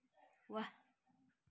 वाह